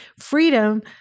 Freedom